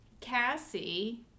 cassie